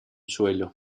suelo